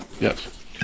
Yes